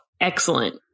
excellent